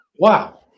Wow